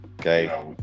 okay